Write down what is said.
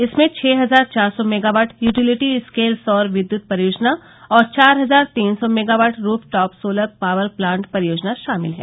इसमें छः हजार चार सौ मेगावाट यूटीलिटी स्केल सौर विद्यत परियोजना और चार हजार तीन सौ megawatt roof top solar power plant परियोजना शामिल है